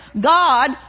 God